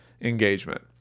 engagement